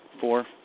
four